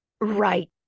right